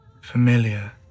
familiar